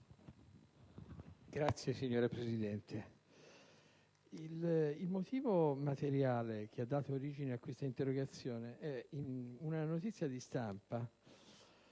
Signora Presidente, il motivo che ha dato origine a questa interrogazione è una notizia di stampa.